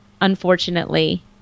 unfortunately